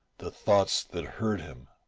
the thoughts that hurt him,